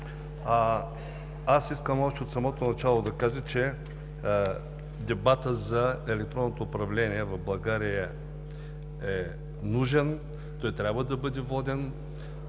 Искам още от самото начало да кажа, че дебатът за електронното управление в България е нужен, той трябва да бъде воден.